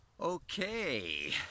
Okay